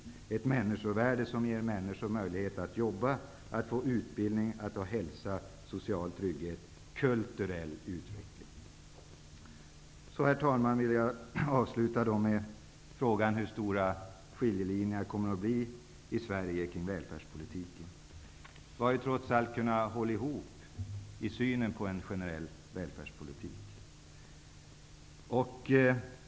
Det handlar om ett människovärde som ger människor möjlighet att jobba, utbilda sig, ha hälsa, ha social trygghet och utvecklas kulturellt. Jag vill avsluta med frågan om hur stora skiljelinjerna kommer att bli när det gäller välfärdspolitiken i Sverige. Det har ju trots allt gått att hålla ihop när det har gällt synen på en generell välfärdspolitik.